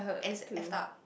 and it's like F up